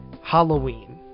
halloween